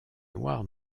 noirs